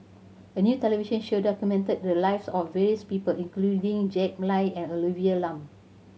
a new television show documented the lives of various people including Jack Lai and Olivia Lum